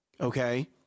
Okay